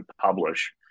publish